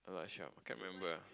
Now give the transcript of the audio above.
a lot shop can't remember ah